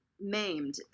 maimed